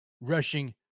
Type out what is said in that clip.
rushing